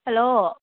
hello